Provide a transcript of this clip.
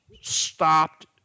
stopped